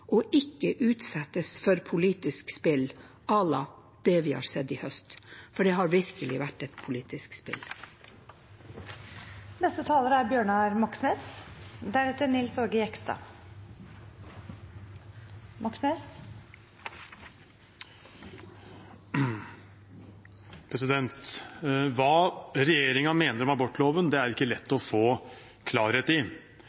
og ikke utsettes for politisk spill à la det vi har sett i høst. For det har virkelig vært et politisk spill. Hva regjeringen mener om abortloven, er ikke lett å få klarhet i.